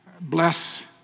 Bless